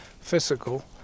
physical